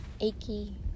Achy